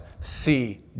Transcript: see